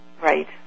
Right